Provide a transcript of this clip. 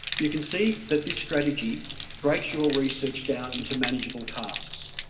you can see that this strategy breaks your research down into manageable tasks.